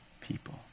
people